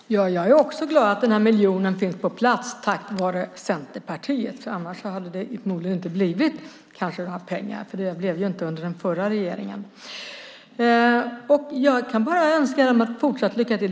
Herr talman! Jag är också glad att den här miljonen finns på plats tack vare Centerpartiet, för annars hade det kanske inte blivit några pengar. Det blev det ju inte under den förra regeringen. Jag kan bara önska dem ett fortsatt lycka till.